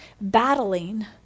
battling